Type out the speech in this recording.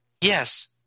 Yes